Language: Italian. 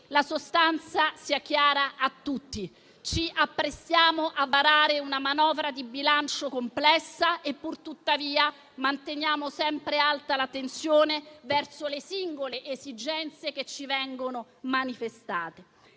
la sostanza sia chiara a tutti. Ci apprestiamo a varare una manovra di bilancio complessa e, pur tuttavia, manteniamo sempre alta l'attenzione verso le singole esigenze che ci vengono manifestate.